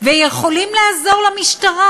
ויכולים לעזור למשטרה.